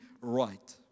right